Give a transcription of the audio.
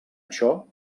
això